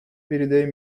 передаю